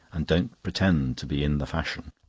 and don't pretend to be in the fashion.